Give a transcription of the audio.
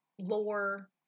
lore